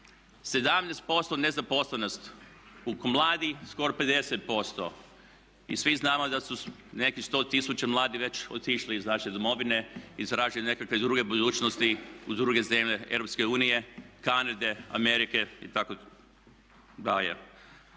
17% nezaposlenost, oko mladih skoro 50%. I svi znamo da su nekih 100 tisuća mladih već otišli iz naše domovine i tražili nekakve druge budućnosti u druge zemlje Europske unije, Kanade, Amerike i